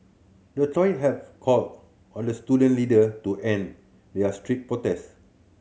the trio have called on the student leader to end their street protest